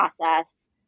process